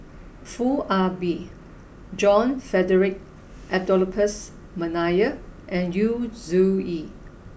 Foo Ah Bee John Frederick Adolphus McNair and Yu Zhuye